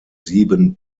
sieben